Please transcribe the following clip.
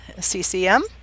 ccm